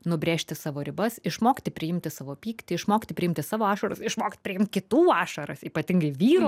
nubrėžti savo ribas išmokti priimti savo pyktį išmokti priimti savo ašaras išmokt priimt kitų ašaras ypatingai vyrų